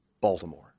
Baltimore